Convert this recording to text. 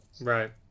Right